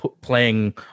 playing